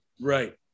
Right